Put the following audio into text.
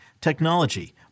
technology